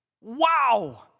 Wow